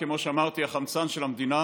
כמו שאמרתי: החמצן של המדינה